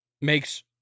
Makes